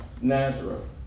Nazareth